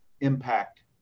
impact